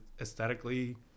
aesthetically